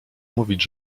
mówić